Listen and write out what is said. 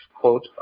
quote